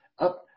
up